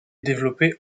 développés